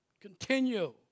Continue